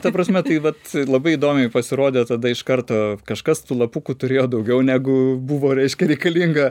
ta prasme tai vat labai įdomiai pasirodė tada iš karto kažkas tų lapukų turėjo daugiau negu buvo reiškia reikalinga